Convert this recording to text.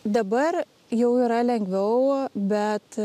dabar jau yra lengviau bet